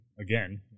again